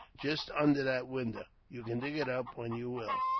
just under that window. you can dig it up when you will.